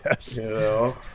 yes